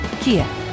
Kia